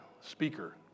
speaker